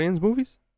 movies